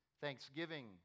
thanksgiving